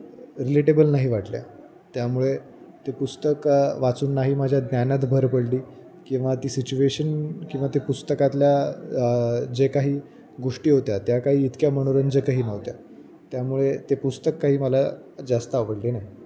relatable नाही वाटल्या त्यामुळे ते पुस्तक वाचून नाही माझ्या ज्ञानात भर पडली किंवा ती सिच्युएशन किंवा ते पुस्तकातल्या जे काही गोष्टी होत्या त्या काही इतक्या मनोरंजकही नव्हत्या त्यामुळे ते पुस्तक काही मला जास्त आवडले नाही